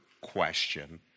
question